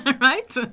right